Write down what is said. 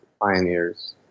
Pioneers